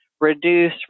reduce